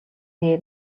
дээр